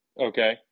Okay